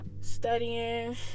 studying